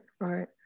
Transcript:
right